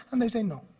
and they say no.